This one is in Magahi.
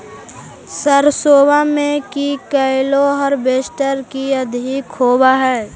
सरसोबा मे की कैलो हारबेसटर की अधिक होब है?